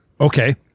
Okay